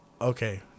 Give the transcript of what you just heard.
okay